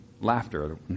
laughter